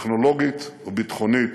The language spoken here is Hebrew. טכנולוגית וביטחונית